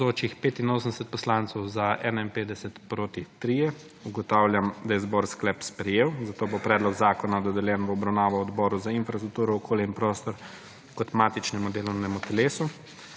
3. (Za je glasovalo 51.) (Proti 3.) Ugotavljam, da je zbor sklep sprejel, zato bo predlog zakona dodeljen v obravnavo Odboru za infrastrukturo, okolje in prostor kot matičnemu delovnem telesu.